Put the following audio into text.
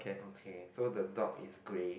okay so the dog is grey